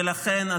ולכן,